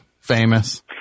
famous